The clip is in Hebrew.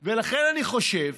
ולכן, אני חושב